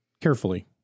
carefully